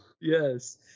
yes